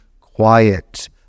quiet